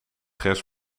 gers